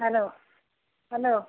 hello hello